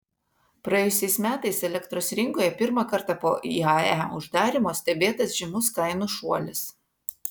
praėjusiais metais elektros rinkoje pirmą kartą po iae uždarymo stebėtas žymus kainų šuolis